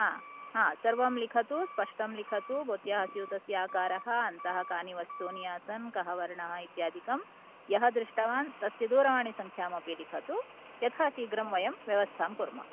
हा सर्वं लिखतु स्पष्टं लिखतु भवत्याः स्यूतस्य आकारः अन्तः कानि वस्तूनि आसन् कः वर्ण इत्यादिकं य दृष्टवान् तस्य दूरवाणी सङ्ख्यांम् अपि लिखतु यथा शीघ्र वयं व्यवस्थां कुर्मः